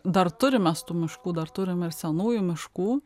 dar turim mes tų miškų dar turim ir senųjų miškų